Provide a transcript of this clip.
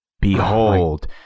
Behold